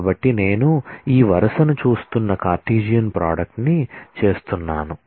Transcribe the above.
కాబట్టి నేను ఈ వరుసను చూస్తున్న కార్టెసియన్ ప్రోడక్ట్ ని చేస్తున్నాను